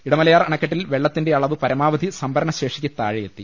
ഇടമലയാർ അണക്കെട്ടിൽ വെള്ളത്തിന്റെ അളവ് പരമാ വധി സംഭരണശേഷിക്ക് താഴെയെത്തി